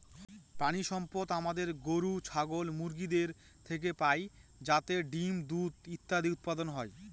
প্রানীসম্পদ আমাদের গরু, ছাগল, মুরগিদের থেকে পাই যাতে ডিম, দুধ ইত্যাদি উৎপাদন হয়